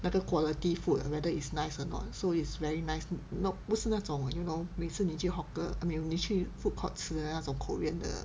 那个 quality food whether it's nice or not so it's very nice not 不是那种 you know 每次你去 hawker I mean 你去 food court 吃的那种 korean 的